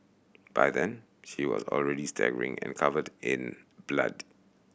by then she was already staggering and covered in blood